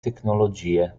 tecnologie